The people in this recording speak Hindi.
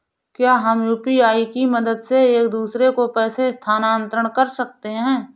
क्या हम यू.पी.आई की मदद से एक दूसरे को पैसे स्थानांतरण कर सकते हैं?